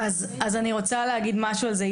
אז אני רוצה להגיד משהו על זה.